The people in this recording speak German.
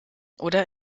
oder